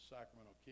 Sacramento